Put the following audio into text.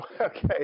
Okay